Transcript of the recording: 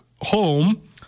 home